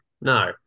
No